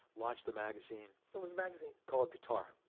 launch the magazine. what was the magazine? called guitar.